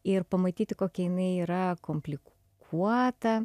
ir pamatyti kokia jinai yra komplikuota